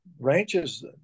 Ranches